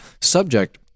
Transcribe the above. Subject